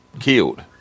killed